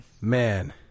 Man